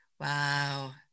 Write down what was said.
Wow